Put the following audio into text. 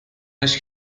است